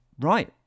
Right